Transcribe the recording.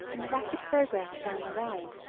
in the rapid progress down the rhine,